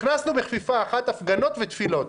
אנחנו הכנסנו בכפיפה אחת הפגנות ותפילות.